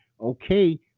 okay